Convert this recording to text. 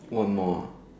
one more